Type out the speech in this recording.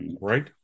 right